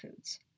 foods